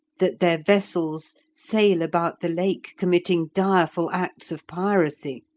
that their vessels sail about the lake committing direful acts of piracy,